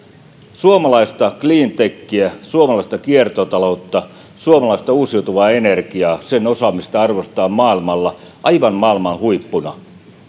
suomalaista cleantechiä suomalaista kiertotaloutta suomalaista uusiutuvaa energiaa sen osaamista arvostetaan maailmalla aivan maailman huippuna